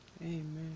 amen